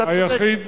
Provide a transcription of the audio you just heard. אתה צודק.